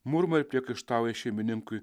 murma ir priekaištauja šeimininkui